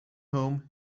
home